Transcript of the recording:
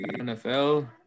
NFL